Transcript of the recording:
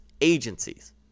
agencies